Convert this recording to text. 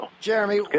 Jeremy